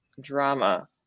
drama